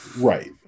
Right